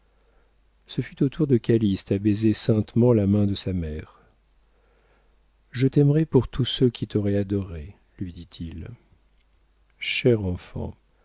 ce fut au tour de calyste à baiser saintement la main de sa mère je t'aimerai pour tous ceux qui t'auraient adorée lui dit-il cher enfant